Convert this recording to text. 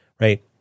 right